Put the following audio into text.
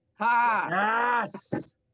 yes